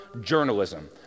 journalism